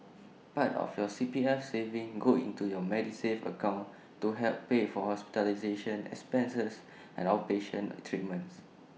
part of your C P F savings go into your Medisave account to help pay for hospitalization expenses and outpatient treatments